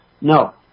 No